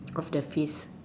of the face